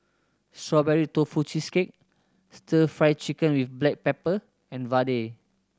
Strawberry Tofu Cheesecake Stir Fry Chicken with black pepper and vadai